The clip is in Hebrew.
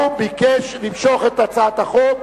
הוא ביקש שנמשוך את הצעת החוק.